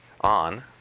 on